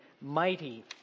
mighty